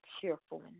cheerful